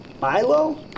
Milo